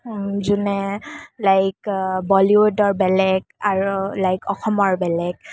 যোনে লাইক বলিউডৰ বেলেগ আৰু লাইক অসমৰ বেলেগ